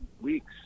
weeks